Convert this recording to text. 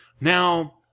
Now